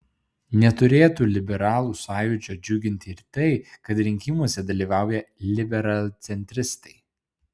neturėtų liberalų sąjūdžio džiuginti ir tai kad rinkimuose dalyvauja liberalcentristai